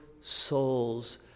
souls